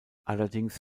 allerdings